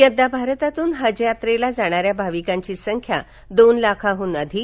यंदा भारतातून हज यात्रेला जाणाऱ्या भाविकांची संख्या दोन लाखाहून अधिक